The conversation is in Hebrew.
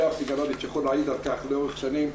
יואב סגלוביץ' יכול להעיד על כך לאורך שנים.